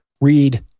read